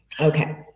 Okay